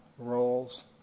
roles